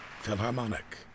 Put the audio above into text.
Philharmonic